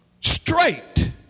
straight